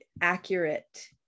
accurate